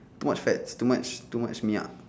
too much fats too much too much milk